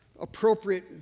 appropriate